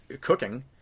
cooking